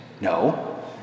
No